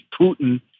Putin